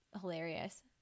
hilarious